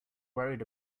worried